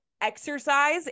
exercise